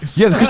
yeah.